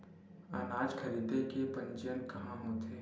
अनाज खरीदे के पंजीयन कहां होथे?